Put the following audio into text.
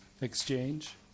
exchange